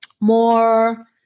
more